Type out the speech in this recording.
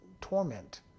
torment